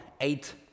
eight